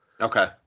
Okay